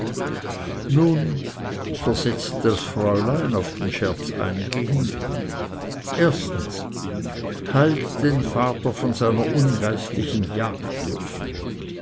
nun versetzte das fräulein auf den scherz eingehend erstens heilt den vater von seiner